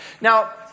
Now